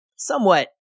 somewhat